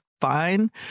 fine